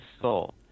soul